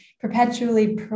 perpetually